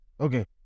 okay